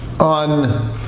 on